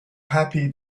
happy